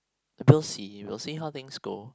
we'll see we'll see how things go